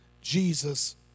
Jesus